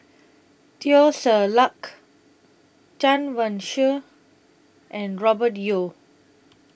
Teo Ser Luck Chen Wen Hsi and Robert Yeo